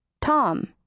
Tom